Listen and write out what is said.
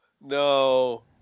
No